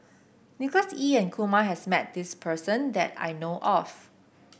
Nicholas Ee and Kumar has met this person that I know of